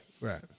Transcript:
right